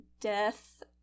death